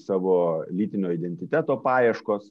savo lytinio identiteto paieškos